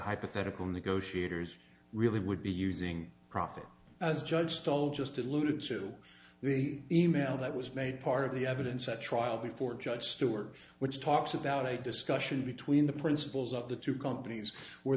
hypothetical negotiators really would be using profit as judged all just alluded to the email that was made part of the evidence at trial before judge stewart which talks about a discussion between the principals of the two companies where